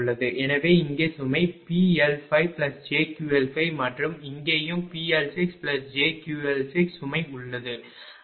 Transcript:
எனவே இங்கே சுமை PL5jQL5 மற்றும் இங்கேயும் PL6jQL6 சுமை உள்ளது